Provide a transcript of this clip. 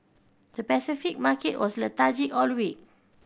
the Pacific market was lethargic all week